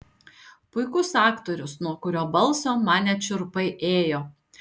puikus aktorius nuo kurio balso man net šiurpai ėjo